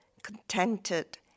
contented